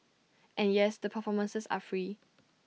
and yes the performances are free